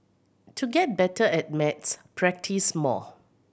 to get better at maths practise more